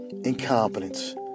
incompetence